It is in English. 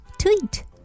tweet